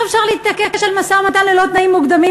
איך אפשר להתעקש על משא-ומתן ללא תנאים מוקדמים